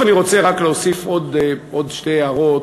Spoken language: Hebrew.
בסוף, אני רוצה רק להוסיף עוד שתי הערות.